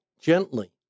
gently